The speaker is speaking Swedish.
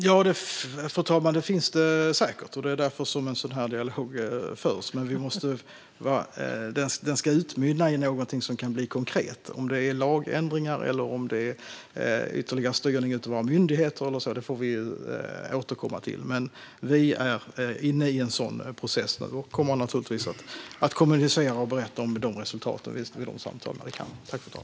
Fru talman! Det finns det säkert, och det är därför som en sådan här dialog förs. Tanken är att den ska utmynna i något konkret, men om det är lagändringar, ytterligare styrning av våra myndigheter eller annat får vi återkomma till. Vi är inne i en process och kommer givetvis att berätta om resultaten av samtalen när vi kan.